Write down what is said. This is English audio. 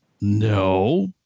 No